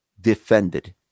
defended